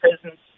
presence